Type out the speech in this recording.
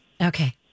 Okay